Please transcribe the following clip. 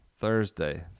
Thursday